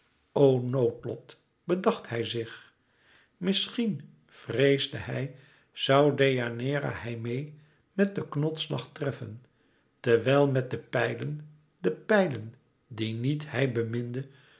o noodlot bedacht hij zich misschien vreesde hij zoû deianeira hij meê met den knotsslag treffen terwijl met de pijlen de pijlen die niet hij beminde